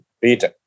Peter